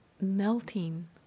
melting